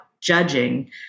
judging